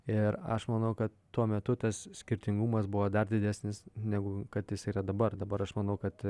ir aš manau kad tuo metu tas skirtingumas buvo dar didesnis negu kad jis yra dabar dabar aš manau kad